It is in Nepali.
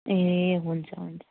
ए हुन्छ हुन्छ